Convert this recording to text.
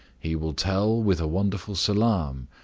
he will tell, with a wonderful salaam,